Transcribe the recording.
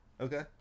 Okay